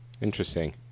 Interesting